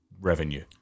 revenue